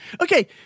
Okay